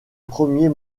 premier